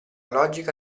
logica